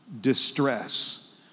distress